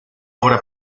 obra